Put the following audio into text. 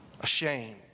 ashamed